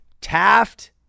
Taft